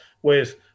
Whereas